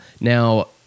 Now